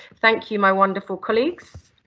thank you my wonderful colleagues.